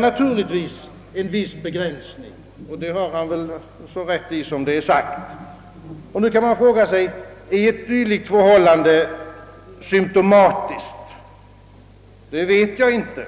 naturligtvis en viss begränsning, och det har han så rätt i som det är sagt. Nu kan man fråga sig: är ett dylikt förhållande symtomatiskt? Det vet jag inte.